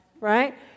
right